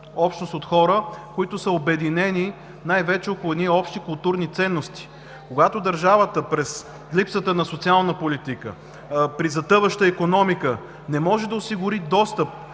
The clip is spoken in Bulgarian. общност от хора, които са обединени най-вече около едни общи културни ценности. Когато държавата, при липсата на социална политика, при затъваща икономика не може да осигури достъп